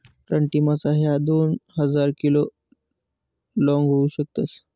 रानटी मासा ह्या दोन हजार किलो लोंग होऊ शकतस